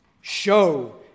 Show